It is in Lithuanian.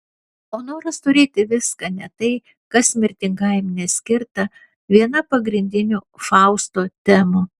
o noras turėti viską net tai kas mirtingajam neskirta viena pagrindinių fausto temų